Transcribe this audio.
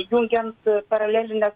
jungiant paralelines